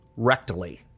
rectally